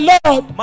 Lord